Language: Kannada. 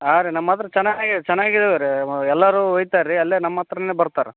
ಹಾಂ ರೀ ನಮ್ಮತ್ರ ಚೆನ್ನಾಗೆ ಚೆನ್ನಾಗಿದವು ರೀ ಮ ಎಲ್ಲರೂ ಒಯ್ತಾರ ರೀ ಅಲ್ಲೆ ನಮ್ಮ ಹತ್ರನೇ ಬರ್ತಾರ